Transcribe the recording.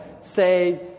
say